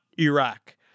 Iraq